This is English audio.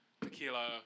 tequila